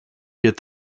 get